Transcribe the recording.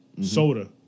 soda